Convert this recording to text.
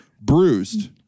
Bruised